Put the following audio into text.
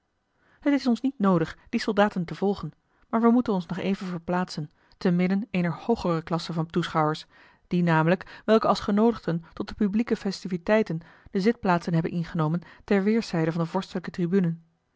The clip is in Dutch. het is ons niet noodig die soldaten te volgen maar wij moeten ons nog even verplaatsen te midden eener hoogere klasse van toeschouwers die namelijk welke als genoodigden tot de publieke festiviteiten de zitplaatsen hebben ingenomen ter weêrszijden van de vorstelijke tribune